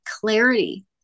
clarity